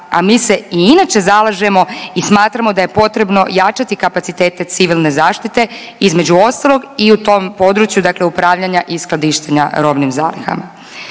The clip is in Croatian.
a mi se i inače zalažemo i smatramo da je potrebno jačati kapacitete civilne zaštite između ostalog i u tom području upravljanja i skladištenja robnim zalihama.